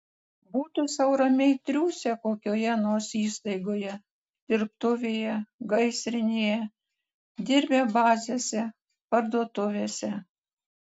būtų sau ramiai triūsę kokioje nors įstaigoje dirbtuvėje gaisrinėje dirbę bazėse parduotuvėse